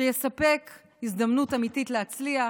שיספק הזדמנות אמיתית להצליח,